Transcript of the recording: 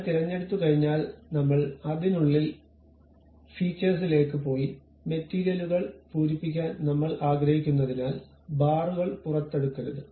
ഞാൻ തിരഞ്ഞെടുത്തു കഴിഞ്ഞാൽ നമ്മൾ അതിനുള്ളിൽ ഫീച്ചർസ്സിലേക്ക് പോയി മെറ്റീരിയലുകൾ പൂരിപ്പിക്കാൻ നമ്മൾ ആഗ്രഹിക്കാത്തതിനാൽ ബാറുകൾ പുറത്തെടുക്കരുത്